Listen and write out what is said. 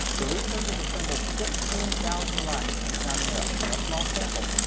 the researchers assembled fifteen thousand writings from the founding era, no small sample,